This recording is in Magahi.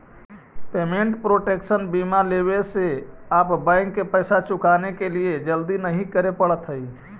पेमेंट प्रोटेक्शन बीमा लेवे से आप बैंक के पैसा चुकाने के लिए जल्दी नहीं करे पड़त हई